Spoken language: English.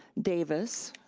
davis,